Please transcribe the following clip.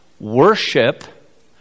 Worship